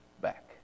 back